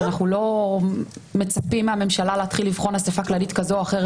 אנחנו לא מצפים מהממשלה להתחיל לבחון אספה כללית כזו או אחרת,